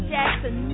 Jackson